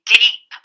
deep